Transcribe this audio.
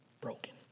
broken